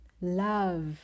love